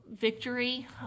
victory